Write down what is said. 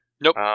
Nope